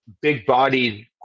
big-bodied